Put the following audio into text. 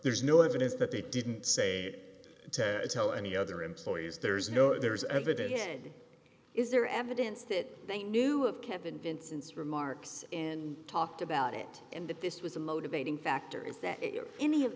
there's no evidence that they didn't say it tell any other employees there is no there is evidence is there evidence that they knew of kevin vincent's remarks talked about it and that this was a motivating factor is that any of